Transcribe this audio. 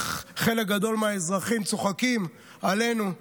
איך חלק גדול מהאזרחים צוחקים עלינו,